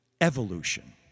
evolution